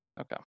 Okay